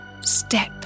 step